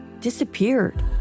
disappeared